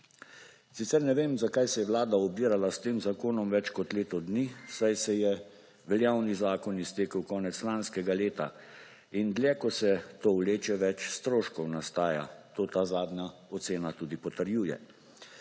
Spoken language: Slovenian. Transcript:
Sicer ne vem, zakaj se je Vlada obirala s tem zakonom več kot leto dni, saj se je veljavni zakon iztekel konec lanskega leta. Dlje ko se to vleče, več stroškov nastaja. To ta zadnja ocena tudi potrjuje.